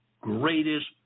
greatest